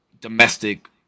domestic